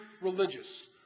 religious